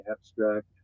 abstract